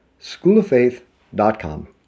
schooloffaith.com